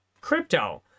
crypto